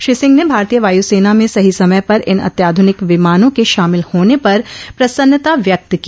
श्री सिंह ने भारतीय वायुसेना में सही समय पर इन अत्याध्रनिक विमानों के शामिल होने पर प्रसन्नता व्यक्त की